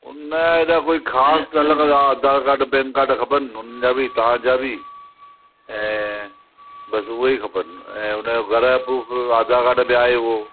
न हिनजो कोई ख़ासि न लॻंदो आधार कार्ड पैन कार्ड खपनि उन्हनि जा बि तव्हांजा बि ऐं बसि हूअं ई खपनि ऐं हुन जो घर जा प्रूफ आधार कार्ड ते आहे उहो